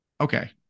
Okay